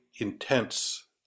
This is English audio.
intense